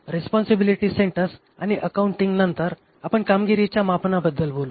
responsibility centres आणि accounting नंतर आपण कामगिरीच्या मापनाबद्दल बोलू